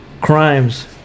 crimes